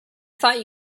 thought